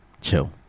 chill